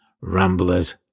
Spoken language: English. ramblers